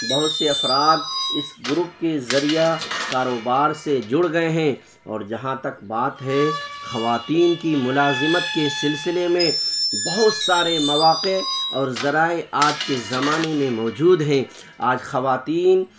بہت سے افراد اس گروپ کے ذریعہ کاروبار سے جڑ گئے ہیں اور جہاں تک بات ہے خواتین کی ملازمت کے سلسلے میں بہت سارے مواقع اور ذرائع آج کے زمانے میں موجود ہیں آج خواتین